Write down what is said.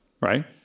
right